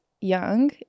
young